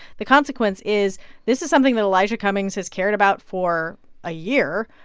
the consequence is this is something that elijah cummings has cared about for a year,